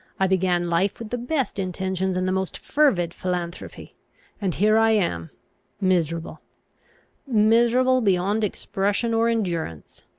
i began life with the best intentions and the most fervid philanthropy and here i am miserable miserable beyond expression or endurance.